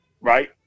right